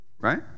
Right